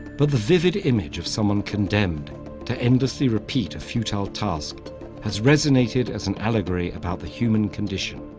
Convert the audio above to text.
but the vivid image of someone condemned to endlessly repeat a futile task has resonated as an allegory about the human condition.